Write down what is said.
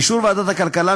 באישור ועדת הכלכלה,